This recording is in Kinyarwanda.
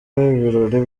ibirori